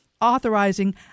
authorizing